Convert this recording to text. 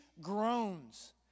groans